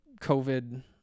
COVID